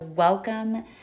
welcome